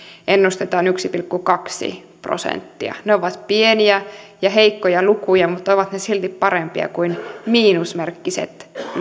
ennustetaan yksi pilkku kaksi prosenttia ne ovat pieniä ja heikkoja lukuja mutta ovat ne silti parempia kuin miinusmerkkiset